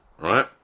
right